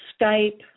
Skype